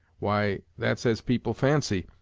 why, that's as people fancy.